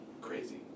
crazy